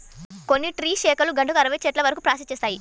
కొన్ని ట్రీ షేకర్లు గంటకు అరవై చెట్ల వరకు ప్రాసెస్ చేస్తాయి